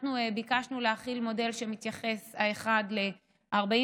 אנחנו ביקשנו להחיל מודל שמתייחס ל-48